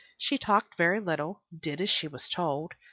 she talked very little, did as she was told,